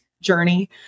journey